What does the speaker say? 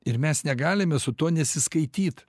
ir mes negalime su tuo nesiskaityt